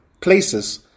places